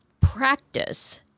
practice